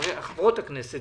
מתחדשות ואגירה.